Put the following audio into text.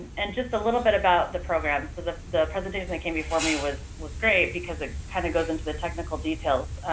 and just a little bit about the program. so, the the presentation that came before me was was great because it kind of goes into the technical details.